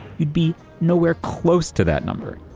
you'd be nowhere close to that number.